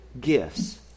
gifts